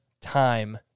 time